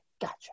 gotcha